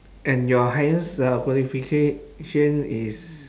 and your highest uh qualification is